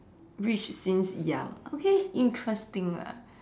rich since young okay interesting lah